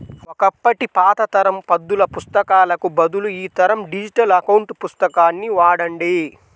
ఒకప్పటి పాత తరం పద్దుల పుస్తకాలకు బదులు ఈ తరం డిజిటల్ అకౌంట్ పుస్తకాన్ని వాడండి